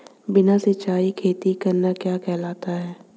बिना सिंचाई खेती करना क्या कहलाता है?